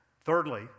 Thirdly